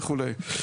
וכולי.